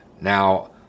Now